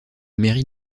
mairie